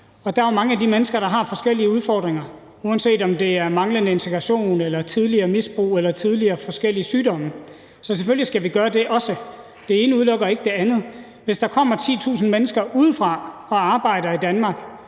Der er jo mange af de mennesker, der har forskellige udfordringer, uanset om det er manglende integration, tidligere misbrug eller tidligere forskellige sygdomme. Så selvfølgelig skal vi også gøre det. Det ene udelukker ikke det andet. Hvis der kommer 10.000 mennesker udefra og arbejder i Danmark,